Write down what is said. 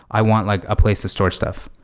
i want like a place to store stuff.